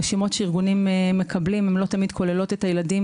רשימות שארגונים מקבלים הן לא תמיד כוללות את הילדים